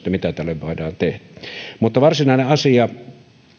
mitä tälle voidaan tehdä mutta varsinainen asia